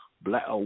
black